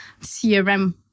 CRM